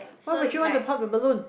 why would you want to pop the balloon